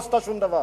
לא עשית שום דבר.